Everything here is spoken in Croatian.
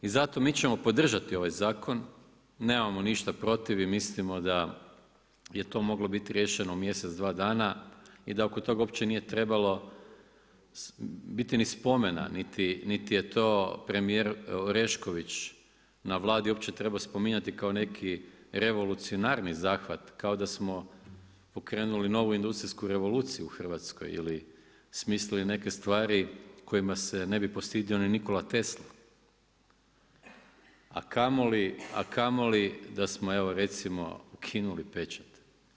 I zato mi ćemo podržati ovaj zakon, nemamo ništa protiv i mislimo da je to moglo biti riješeno u mjesec, dva dana, i da oko toga uopće nije trebalo biti ni spomena niti je to premijer Orešković na Vladi uopće trebao spominjati kao neki revolucionarni zahvat, ako da smo pokrenuli novu industrijsku revoluciju u Hrvatskoj ili smislili neke stvari kojima se ne bi postidio ni Nikola Tesla a kamoli da smo evo, recimo ukinuli pečat.